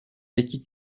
эки